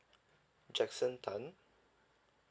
jackson tan